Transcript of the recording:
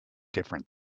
different